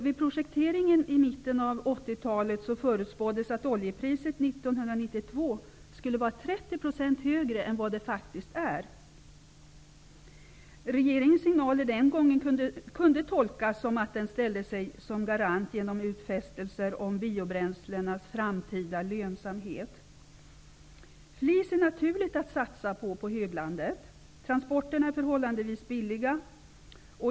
Vid projekteringen i mitten av 80-talet förutspåddes att oljepriset 1992 skulle vara 30 % högre än vad det faktiskt är. Regeringens signaler den gången kunde tolkas som att regeringen ställde sig som garant genom utfästelser om biobränslenas framtida lönsamhet. På höglandet är det naturligt att satsa på flis. Transporterna är förhållandevis billiga.